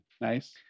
Nice